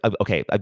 okay